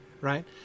right